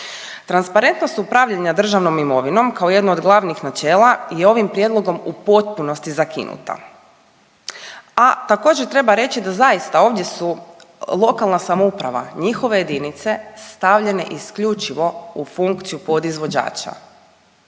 Transparentnost upravljanja državnom imovinom kao jedno od glavnih načela je ovim prijedlogom u potpunosti zakinuta. A također treba reći da zaista ovdje su lokalna samouprava, njihove jedinice stavljene isključivo u funkciju podizvođača.